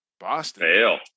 boston